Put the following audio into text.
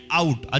out